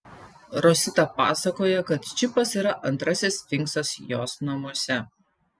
rosita pasakoja kad čipas yra antrasis sfinksas jos namuose